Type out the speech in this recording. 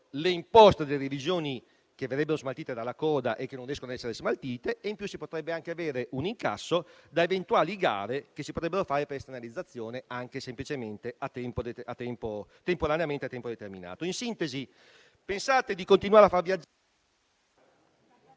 le imposte delle revisioni che verrebbero smaltite dalla coda e che invece non riescono ad esserlo, e in più si potrebbe anche avere un incasso da eventuali gare che si potrebbero fare per l'esternalizzazione, per il momento semplicemente anche a tempo determinato. In sintesi, pensate di continuare a far...